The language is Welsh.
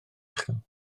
uchel